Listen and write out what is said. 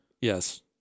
Yes